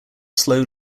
slow